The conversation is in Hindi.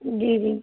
जी जी